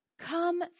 Come